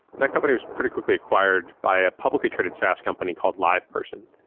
that company was pretty quickly acquired by a publicly traded saas company called live person.